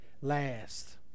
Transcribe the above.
last